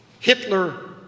Hitler